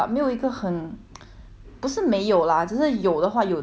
不是没有 lah 只是有的话有的也是一些我没有办法